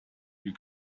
you